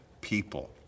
people